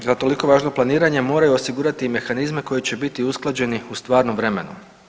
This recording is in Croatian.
Za toliko važno planiranje moraju osigurati i mehanizme koji će biti usklađeni u stvarnom vremenu.